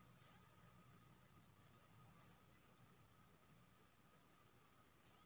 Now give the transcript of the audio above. बीया रोपय लेल जाहि मशीनक प्रयोग कएल जाइ छै तकरा सीड ड्रील कहल जाइ छै